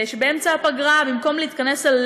שבאמצע הפגרה, במקום להתכנס על